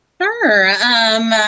Sure